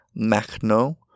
Machno